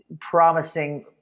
promising